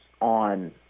on